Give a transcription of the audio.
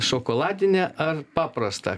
šokoladinę ar paprastą